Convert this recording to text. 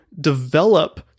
develop